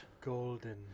Golden